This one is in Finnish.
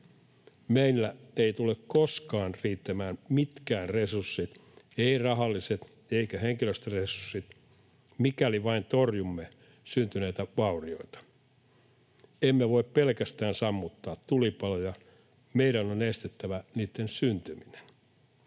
Meillä eivät tule koskaan riittämään mitkään resurssit — eivät rahalliset eivätkä henkilöstöresurssit — mikäli vain torjumme syntyneitä vaurioita. Emme voi pelkästään sammuttaa tulipaloja, vaan meidän on estettävä niitten syntyminen.